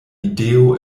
ideo